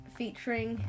featuring